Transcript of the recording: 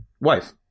wife